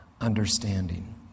understanding